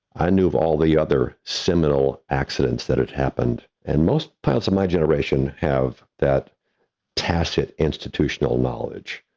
i knew of all the other seminal accidents that had happened. and most pilots of my generation have that tacit institutional knowledge.